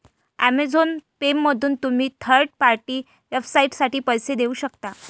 Amazon पेमधून तुम्ही third party वेबसाइटसाठी पैसे देऊ शकता